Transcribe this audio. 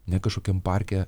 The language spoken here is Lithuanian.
ne kažkokiam parke